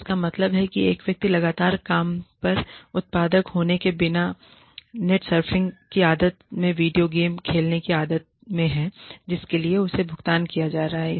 जिसका मतलब है कि एक व्यक्ति लगातार काम पर उत्पादक होने के बिना नेट सर्फिंग की आदत में वीडियो गेम खेलने की आदत में है जिसके लिए उसे भुगतान किया जा रहा है